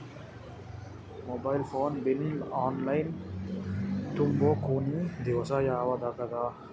Mobile phone bill online ತುಂಬೊ ಕೊನಿ ದಿವಸ ಯಾವಗದ?